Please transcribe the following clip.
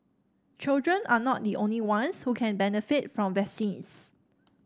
children are not the only ones who can benefit from vaccines